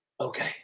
Okay